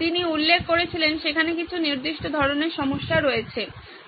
তিনি উল্লেখ করেছিলেন সেখানে কিছু নির্দিষ্ট ধরণের সমস্যা রয়েছে